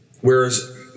Whereas